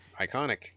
Iconic